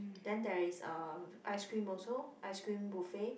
then there is uh ice cream also ice cream buffet